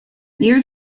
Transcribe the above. near